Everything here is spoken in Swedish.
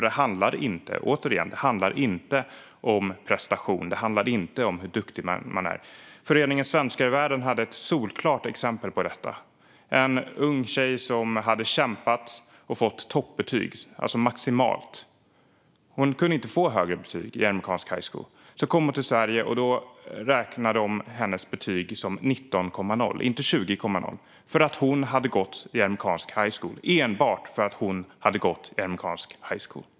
Återigen - det handlar inte om prestation eller om hur duktig man är. Föreningen Svenskar i Världen hade ett solklart exempel på detta. En ung tjej hade kämpat och fått toppbetyg - hon kunde inte få högre betyg i amerikansk high school. Så kom hon till Sverige, och då räknades hennes betyg som 19,0, inte 20,0, enbart för att hon hade gått i amerikansk high school.